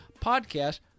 podcast